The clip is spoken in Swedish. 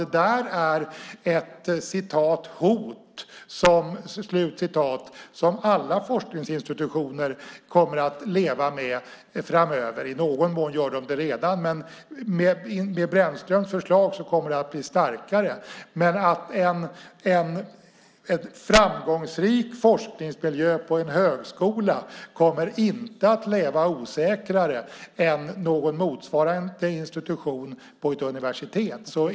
Det där är ett "hot" som alla forskningsinstitutioner kommer att leva med framöver. I någon mån gör de det redan, men med Brännströms förslag kommer det att bli starkare. En framgångsrik forskningsmiljö på en högskola kommer inte att leva mer osäkert än någon motsvarande institution på ett universitet.